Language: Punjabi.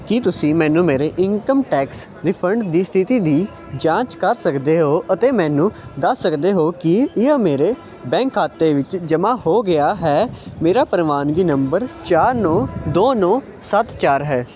ਕੀ ਤੁਸੀਂ ਮੇਰੇ ਇਨਕਮ ਟੈਕਸ ਰਿਫੰਡ ਦੀ ਸਥਿਤੀ ਦੀ ਜਾਂਚ ਕਰ ਸਕਦੇ ਹੋ ਅਤੇ ਮੈਨੂੰ ਦੱਸ ਸਕਦੇ ਹੋ ਕੀ ਇਹ ਮੇਰੇ ਬੈਂਕ ਖਾਤੇ ਵਿੱਚ ਜਮ੍ਹਾਂ ਹੋ ਗਿਆ ਹੈ ਮੇਰਾ ਪ੍ਰਵਾਨਗੀ ਨੰਬਰ ਚਾਰ ਨੌਂ ਦੋ ਨੌਂ ਸੱਤ ਚਾਰ ਹੈ